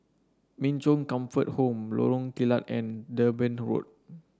Min Chong Comfort Home Lorong Kilat and Durban Road